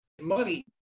money